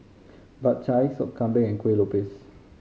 Bak Chang Sop Kambing and Kueh Lopes